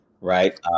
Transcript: right